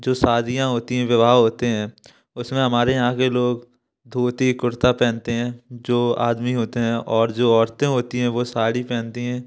जो शादियाँ होती हैं विवाह होते हैं उसमें हमारे यहाँ के लोग धोती कुर्ता पहनते हैं जो आदमी होते हैं और जो औरतें होती हैं वो साड़ी पहनती हैं